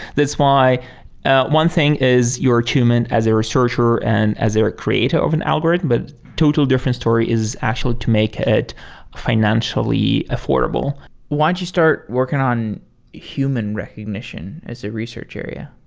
that's why one thing is your achievement as a researcher and as a creator of an algorithm. but total different story is actually to make it financially affordable why did you start working on human recognition as a research area?